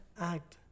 act